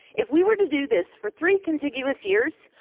if we were to do this for three contiguous years,